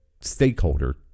stakeholder